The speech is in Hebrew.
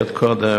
הכול יש להם.